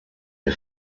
her